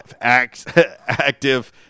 active